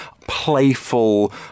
playful